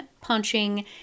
punching